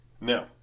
Now